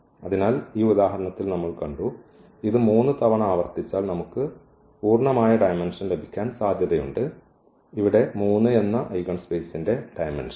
അതിനാൽ ഈ ഉദാഹരണത്തിൽ നമ്മൾ കണ്ടു ഇത് 3 തവണ ആവർത്തിച്ചാൽ നമുക്ക് പൂർണ്ണമായ ഡയമെന്ഷൻ ലഭിക്കാൻ സാധ്യതയുണ്ട് ഇവിടെ 3 എന്ന ഐഗൻസ്പേസിന്റെ ഡയമെന്ഷൻ